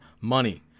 money